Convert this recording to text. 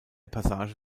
passage